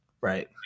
right